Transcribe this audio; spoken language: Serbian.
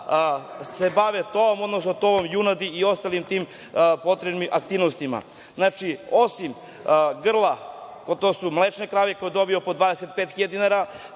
se bave tovom, odnosno tovom junadi i ostalim tim potrebnim aktivnostima. Znači, osim grla, to su mlečne krave koje dobiju po 25 hiljade dinara,